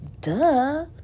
Duh